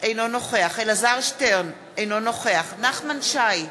אינו נוכח אלעזר שטרן, אינו נוכח נחמן שי,